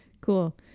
cool